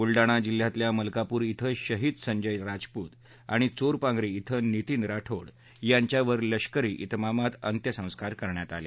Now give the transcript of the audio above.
बुलडाणा जिल्ह्यातल्या मलकापूर श्वे शहीद संजय राजपूत आणि चोरपांगरी िंग नितीन राठोड यांच्यावर लष्करी ब्रेमामात अंत्यसंस्कार करण्यात आले